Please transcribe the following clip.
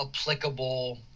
applicable